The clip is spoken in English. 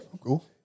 cool